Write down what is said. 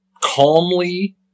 calmly